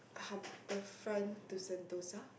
Harbourfront to Sentosa